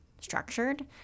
structured